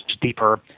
deeper